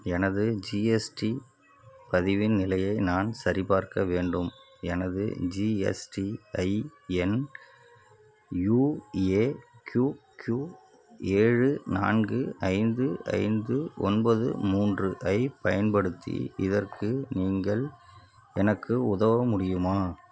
எனது ஜிஎஸ்டி பதிவின் நிலையை நான் சரிபார்க்க வேண்டும் எனது GSTIN U A Q Q ஏழு நான்கு ஐந்து ஐந்து ஒன்பது மூன்று ஐப் பயன்படுத்தி இதற்கு நீங்கள் எனக்கு உதவ முடியுமா